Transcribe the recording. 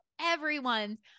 everyone's